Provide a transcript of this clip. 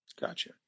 Gotcha